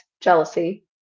jealousy